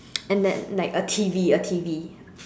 and then like a T_V a T_V